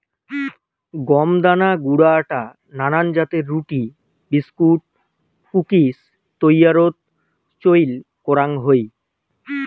গম দানা গুঁড়া আটা নানান জাতের রুটি, বিস্কুট, কুকিজ তৈয়ারীত চইল করাং হই